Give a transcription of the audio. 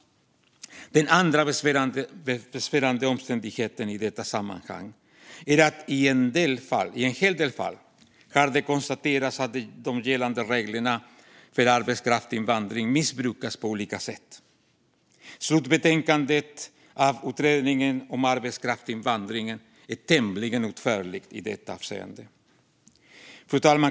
Den andra besvärande omständigheten i detta sammanhang är att det i en hel del fall har konstaterats att de gällande reglerna för arbetskraftsinvandring missbrukas på olika sätt. Slutbetänkandet från Utredningen om arbetskraftsinvandring är tämligen utförligt i detta avseende.